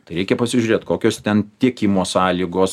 tai reikia pasižiūrėt kokios ten tiekimo sąlygos